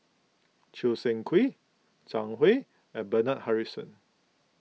Choo Seng Quee Zhang Hui and Bernard Harrison